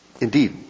Indeed